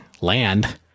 land